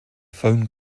phone